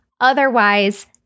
Otherwise